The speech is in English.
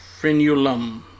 frenulum